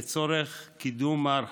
לצורך קידום ההרחקה.